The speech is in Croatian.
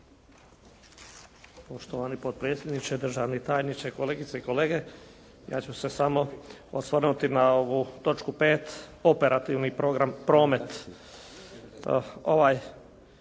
Poštovani potpredsjedniče, državni tajniče, kolegice i kolege. Ja ću se samo osvrnuti na ovu točku 5. operativni program "Promet".